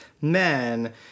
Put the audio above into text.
men